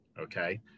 Okay